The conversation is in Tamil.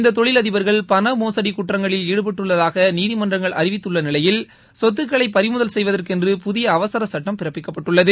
இந்த தொழிலதிபர்கள் பண மோசடி குற்றங்களில் ஈடுபட்டுள்ளதாக நீதிமன்றங்கள் அழிவித்துள்ள நிலையில் சொத்துக்களை பறிமுதல் செய்வதற்கென்று புதிய அவசரச்சட்டம் பிறப்பிக்கப்பட்டுள்ளது